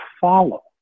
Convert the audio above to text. follow